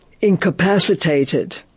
incapacitated